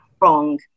wrong